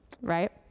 Right